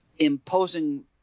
Imposing